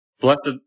Blessed